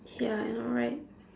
ya I know right